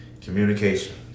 communication